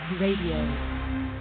Radio